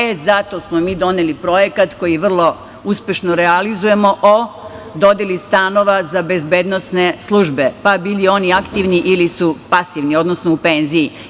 E, zato smo mi doneli projekat koji vrlo uspešno realizujemo o dodeli stanova za bezbednosne službe, pa bili oni aktivni ili su pasivni, odnosno u penziji.